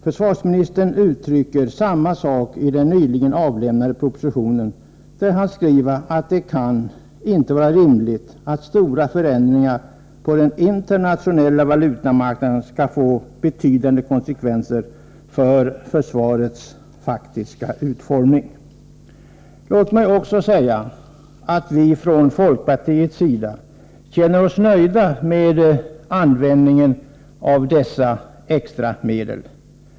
Försvarsministern uttrycker samma sak i den nyligen avlämnade propositionen när han skriver att det inte kan vara rimligt att stora förändringar på den internationella valutamarknaden skall få betydande konsekvenser för försvarets faktiska utformning. Låt mig också säga att vi från folkpartiets sida känner oss nöjda med användningen av de extra medlen.